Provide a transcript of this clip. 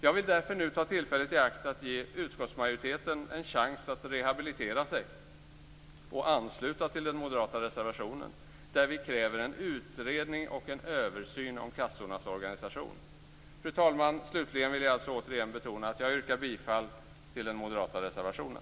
Jag vill därför ta tillfället i akt och ge utskottsmajoriteten en chans att rehabilitera sig och ansluta sig till den moderata reservationen, där vi kräver en utredning och en översyn av kassornas organisation. Fru talman! Slutligen vill jag åter yrka bifall till den moderata reservationen.